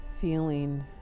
Feeling